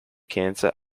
cancer